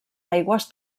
aigües